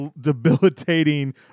debilitating